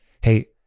Hey